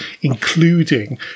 including